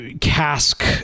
cask